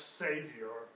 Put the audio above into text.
savior